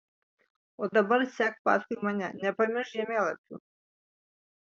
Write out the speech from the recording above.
o dabar sek paskui mane nepamiršk žemėlapių